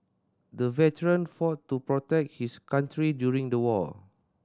the veteran fought to protect his country during the war